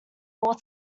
all